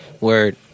word